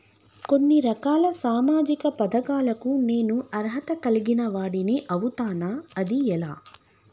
కొన్ని రకాల సామాజిక పథకాలకు నేను అర్హత కలిగిన వాడిని అవుతానా? అది ఎలా?